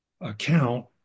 account